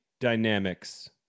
dynamics